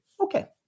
Okay